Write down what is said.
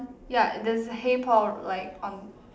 ya there's a hey Paul like on